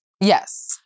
Yes